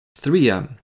3M